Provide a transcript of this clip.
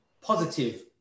positive